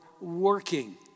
working